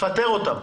פטר אותם.